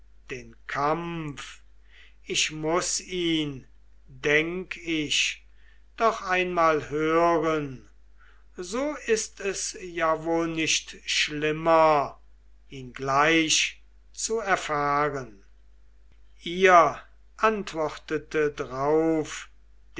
den kampf ich muß ihn denk ich doch einmal hören so ist es ja wohl nicht schlimmer ihn gleich zu erfahren ihr antwortete drauf